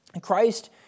Christ